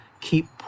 keep